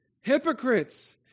hypocrites